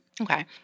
Okay